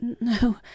No